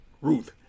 Ruth